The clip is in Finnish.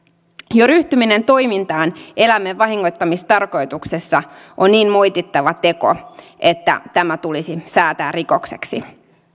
jo ryhtyminen toimintaan eläimen vahingoittamistarkoituksessa on niin moitittava teko että tämä tulisi säätää rikokseksi